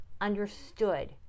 understood